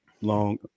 long